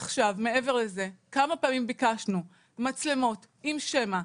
עכשיו, מעבר לזה, כמה פעמים ביקשנו מצלמות עם שמע.